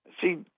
See